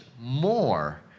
more